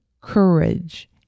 courage